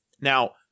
Now